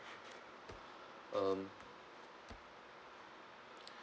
um